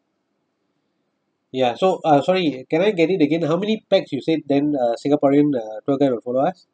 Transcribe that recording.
ya so uh sorry can I get it again how many pax you said then uh singaporean uh tour guide will follow us